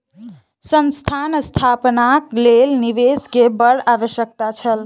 संस्थान स्थापनाक लेल निवेश के बड़ आवश्यक छल